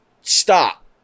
stop